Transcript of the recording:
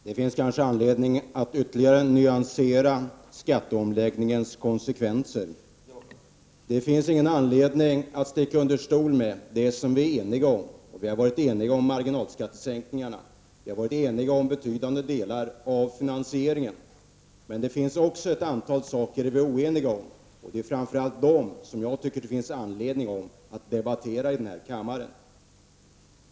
Herr talman! Det finns kanske anledning att ytterligare nyansera skatteomläggningens konsekvenser. Det finns ingen anledning att sticka under stol med det som vi är eniga om. Vi har varit eniga om marginalskattesänkningar 37 och om betydande delar av finansieringen. Det finns emellertid ett antal punkter där vi är oeniga, och det är framför allt dem jag tycker att det finns anledning att debattera i denna kammare.